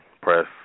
press